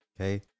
Okay